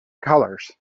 colors